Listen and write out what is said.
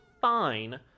fine